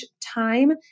time